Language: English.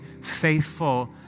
faithful